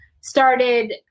started